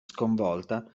sconvolta